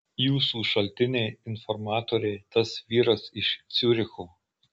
jūsų šaltiniai informatoriai tas vyras iš ciuricho